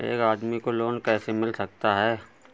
एक आदमी को लोन कैसे मिल सकता है?